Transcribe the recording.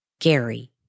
Gary